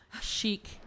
chic